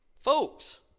Folks